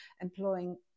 employing